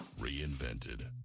reinvented